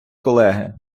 колеги